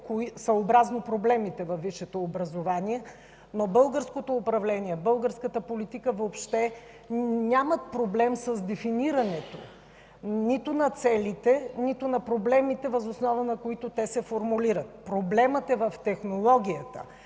съобразно проблемите във висшето образование, но българското управление, българската политика въобще нямат проблем с дефинирането нито на целите, нито на проблемите, въз основа на които те се формулират. Проблемът е в технологията,